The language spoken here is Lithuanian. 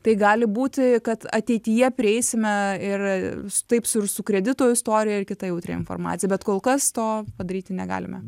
tai gali būti kad ateityje prieisime ir taip su ir su kreditų istorija ir kita jautria informacija bet kol kas to padaryti negalime